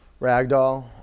ragdoll